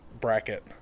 bracket